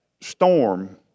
storm